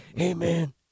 Amen